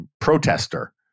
protester